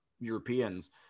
europeans